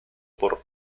por